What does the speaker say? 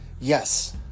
yes